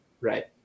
Right